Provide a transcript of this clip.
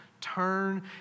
turn